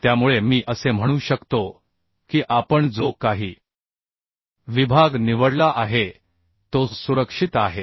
त्यामुळे मी असे म्हणू शकतो की आपण जो काही विभाग निवडला आहे तो सुरक्षित आहे